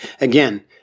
Again